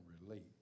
relate